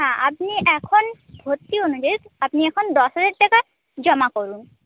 হ্যাঁ আপনি এখন ভর্তি অনুযায়ী আপনি এখন দশ হাজার টাকা জমা করুন